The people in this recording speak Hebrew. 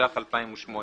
התשע"ח 2018,